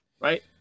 right